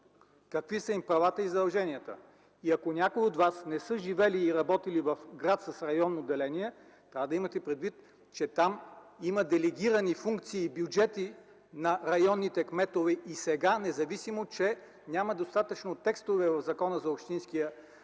какви са правата и задълженията им. Ако някои от вас не са живели и работили в град с районно деление, трябва да имате предвид, че там има делегирани функции и бюджети на районните кметове и сега, независимо че няма достатъчно текстове в Закона за общинските